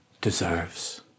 deserves